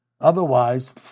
Otherwise